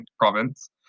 province